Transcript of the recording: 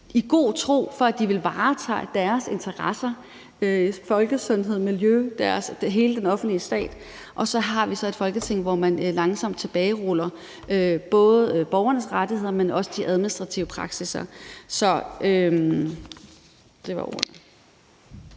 og med tro på, at de vil varetage deres interesser – folkesundhed, miljø, hele den offentlige stat – og så har vi et Folketing, hvor man langsomt tilbageruller både borgernes rettigheder, men også de administrative praksisser. Det var ordene.